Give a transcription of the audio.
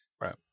right